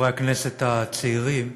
לחברי הכנסת הצעירים,